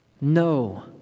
No